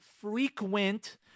frequent